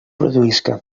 produïsca